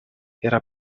era